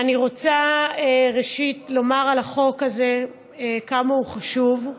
אני רוצה, ראשית, לומר על החוק הזה כמה הוא חשוב.